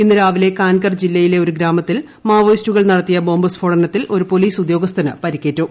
ഇന്ന് രാവിലെ കാൻകെർ ജില്ലയിലെ ഒരു ഗ്രാമത്തിൽ മാവോയിസ്റ്റുകൾ നടത്തിയ ബോംബ് സ്ഫോടനത്തിൽ ഒരു പോലീസ് ഉദ്യോഗസ്ഥന് പരിക്കേറ്റു